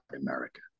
America